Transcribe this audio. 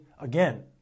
again